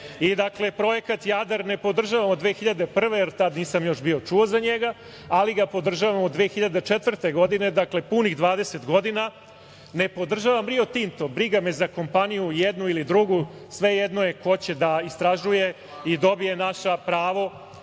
uradili. Dakle, projekat Jadar ne podržavam od 2001. godine, jer tad nisam još bio čuo za njega, ali ga podržavam od 2004. godine, dakle, punih 20 godina, ne podržavam Rio Tinto, briga me za kompaniju jednu ili drugu, svejedno je ko će da istražuje i dobije naše pravo